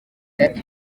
death